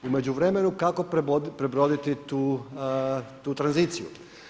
U međuvremenu kako prebroditi tu tranziciju?